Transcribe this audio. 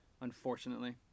unfortunately